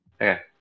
Okay